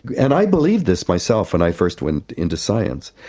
and i believed this myself when i first went into science.